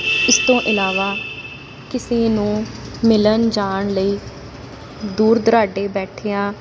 ਇਸ ਤੋਂ ਇਲਾਵਾ ਕਿਸੇ ਨੂੰ ਮਿਲਣ ਜਾਣ ਲਈ ਦੂਰ ਦੁਰਾਡੇ ਬੈਠਿਆਂ